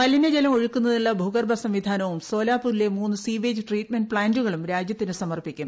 മലിന ജലം ഒഴുക്കുന്നതിനുള്ള ഭൂഗർഭ സംവിധാനവും സോലാപൂരിലെ മൂന്ന് സ്വീവേജ് ട്രീറ്റ്മെന്റ് പ്ലാന്റുകളും രാജ്യത്തിന് സമർപ്പിക്കും